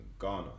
Ghana